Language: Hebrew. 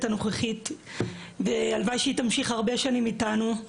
הנוכחית והלוואי שהיא תמשיך הרבה שנים אתנו.